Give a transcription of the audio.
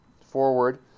forward